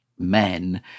Men